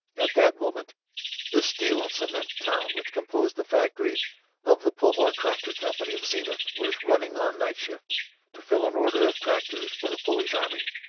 at that moment the steel and cement town which composed the factory of the pullmore tractor company of zenith was running on night shift to fill an order of tractors for the polish army.